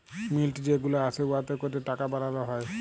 মিল্ট যে গুলা আসে উয়াতে ক্যরে টাকা বালাল হ্যয়